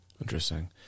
Interesting